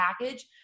package